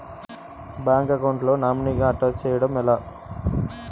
Bank account లో నామినీగా attach చేయడం ఎలా?